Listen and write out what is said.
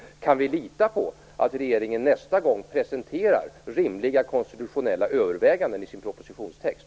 Kan vi lita på att regeringen nästa gång presenterar rimliga konstitutionella överväganden i sin propositionstext?